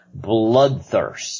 Bloodthirst